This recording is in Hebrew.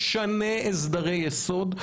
משנה סדרי יסוד.